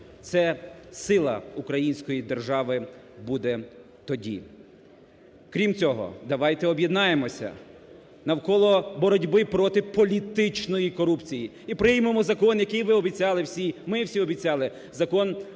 Це сила української держави буде тоді. Крім цього, давайте об'єднаємося навколо боротьби проти політичної корупції і приймемо закон, який ви обіцяли всі, ми всі обіцяли Закон про вибори